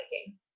biking